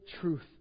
truth